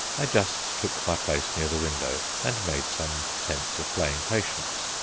i just took my place near the window and made some pretence of playing patience.